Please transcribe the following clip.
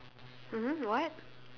mm what